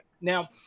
Now